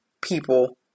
people